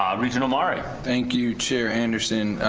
regent omari. thank you chair anderson,